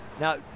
Now